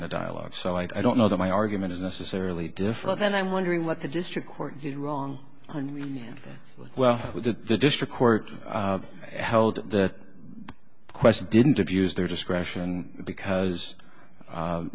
in a dialogue so i don't know that my argument is necessarily different and i'm wondering what the district court wrong i mean well the district court held that question didn't abuse their discretion because